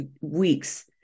weeks